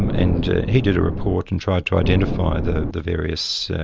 um and he did a report and tried to identify the the various